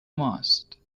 ماست